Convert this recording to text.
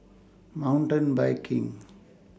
Mountain Biking